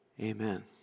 Amen